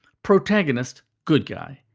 protagonist good guy.